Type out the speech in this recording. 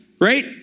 right